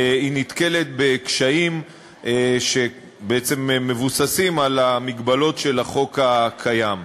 היא נתקלת בקשיים שמבוססים על המגבלות של החוק הקיים,